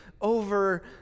over